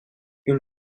une